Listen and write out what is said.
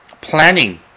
planning